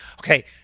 okay